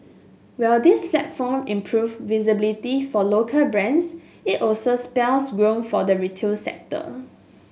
while this platform improve visibility for local brands it also spells real for the retail sector